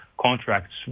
contracts